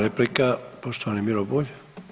Replika poštovani Miro Bulj.